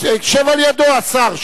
שב על ידו, השר.